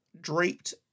draped